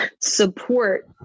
support